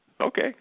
Okay